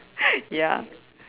ya